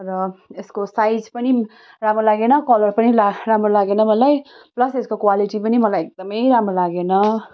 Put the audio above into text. र यसको साइज पनि राम्रो लागेन कलर पनि राम्रो लागेन मलाई प्लस यसको क्वालिटी पनि मलाई एकदमै राम्रो लागेन